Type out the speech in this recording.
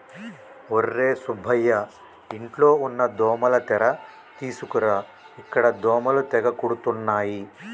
ఒర్రే సుబ్బయ్య ఇంట్లో ఉన్న దోమల తెర తీసుకురా ఇక్కడ దోమలు తెగ కుడుతున్నాయి